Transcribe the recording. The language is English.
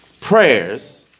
prayers